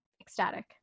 ecstatic